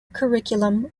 curriculum